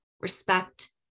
respect